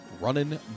Running